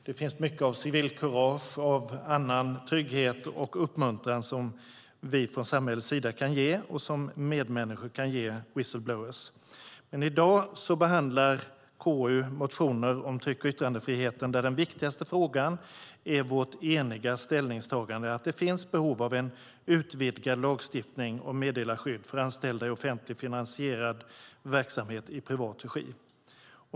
Det finns mycket av civilkurage och annan trygghet och uppmuntran som vi från samhällets sida kan ge och som medmänniskor kan ge whistle-blowers. Men i dag behandlar konstitutionsutskottet motioner om tryck och yttrandefriheten, där den viktigaste frågan är vårt eniga ställningstagande att det finns behov av en utvidgad lagstiftning om meddelarskydd för anställda i offentligt finansierad verksamhet i privat regi.